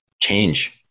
change